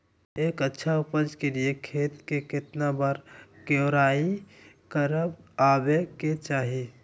एक अच्छा उपज के लिए खेत के केतना बार कओराई करबआबे के चाहि?